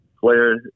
player